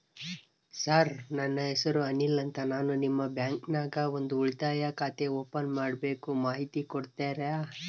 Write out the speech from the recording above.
Sir ನನ್ನ ಹೆಸರು ಅನಿಲ್ ಅಂತ ನಾನು ನಿಮ್ಮ ಬ್ಯಾಂಕಿನ್ಯಾಗ ಒಂದು ಉಳಿತಾಯ ಖಾತೆ ಓಪನ್ ಮಾಡಬೇಕು ಮಾಹಿತಿ ಕೊಡ್ತೇರಾ?